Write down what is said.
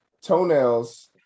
toenails